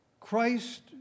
Christ